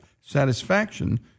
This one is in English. satisfaction